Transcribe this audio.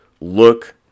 look